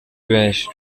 benshi